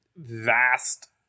vast